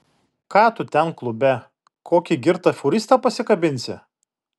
ką tu ten klube kokį girtą fūristą pasikabinsi